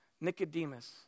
Nicodemus